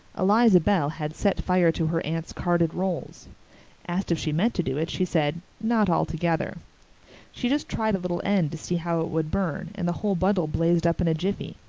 eliza bell had set fire to her aunt's carded rolls asked if she meant to do it she said, not altogether she just tried a little end to see how it would burn and the whole bundle blazed up in a jiffy.